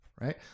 Right